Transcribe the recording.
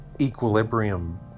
equilibrium